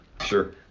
Sure